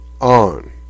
on